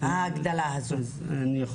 אני מתפלאת שלא עשיתם את זה עד עכשיו.